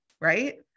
right